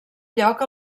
lloc